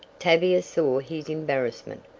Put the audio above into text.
tavia saw his embarrassment,